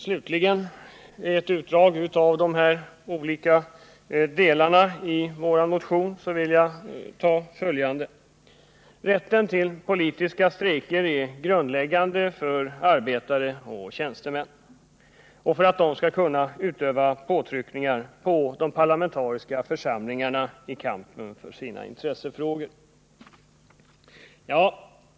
Slutligen vill jag, bland de här utdragen ur vår motion, anföra följande: Rätten till politiska strejker är grundläggande för arbetare och tjänstemän och för att de skall kunna utöva påtryckningar på de parlamentariska församlingarna i kampen för sina intressefrågor.